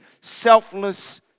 selfless